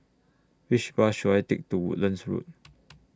Which Bus should I Take to Woodlands Road